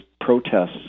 protests